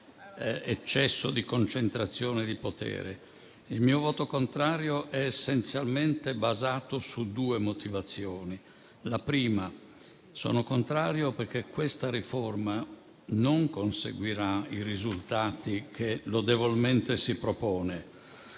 eccesso di concentrazione di potere. Il mio voto contrario è essenzialmente basato su due motivazioni. La prima: sono contrario perché questa riforma non conseguirà i risultati che lodevolmente si propone